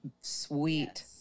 Sweet